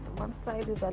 one side is